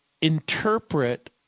interpret